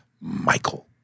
Michael